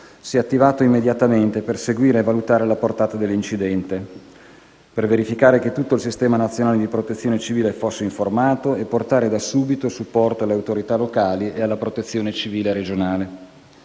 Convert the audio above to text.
si è attivato immediatamente per seguire e valutare la portata dell'incidente, per verificare che tutto il sistema nazionale di Protezione civile fosse informato e portare da subito supporto alle autorità locali e alla Protezione civile regionale.